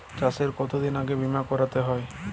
চাষে কতদিন আগে বিমা করাতে হয়?